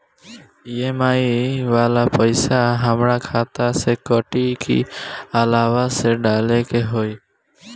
EMI वाला पैसा हाम्रा खाता से कटी की अलावा से डाले के होई?